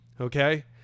okay